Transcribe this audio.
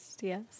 yes